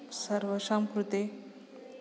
सर्वेषां कृते